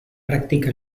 practica